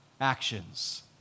actions